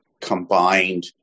combined